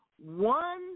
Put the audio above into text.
one